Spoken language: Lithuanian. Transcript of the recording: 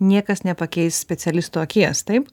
niekas nepakeis specialisto akies taip